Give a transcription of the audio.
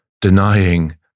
denying